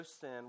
sin